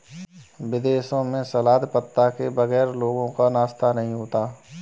विदेशों में सलाद पत्ता के बगैर लोगों का नाश्ता ही नहीं होता